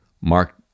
Mark